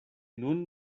nun